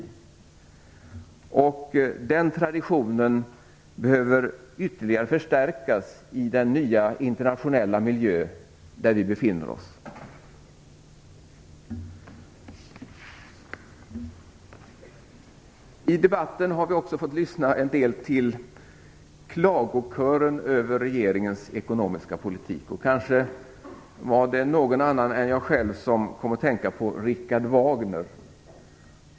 Den traditionen behöver ytterligare förstärkas i den nya internationella miljö som vi befinner oss i. I debatten har vi också fått lyssna en del till klagokören över regeringens ekonomiska politik. Kanske var det inte bara jag som kom att tänka på Richard Wagner.